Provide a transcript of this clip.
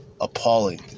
Appalling